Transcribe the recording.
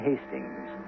Hastings